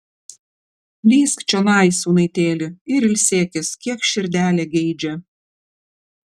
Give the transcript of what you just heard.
lįsk čionai sūnaitėli ir ilsėkis kiek širdelė geidžia